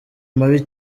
mabi